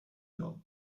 god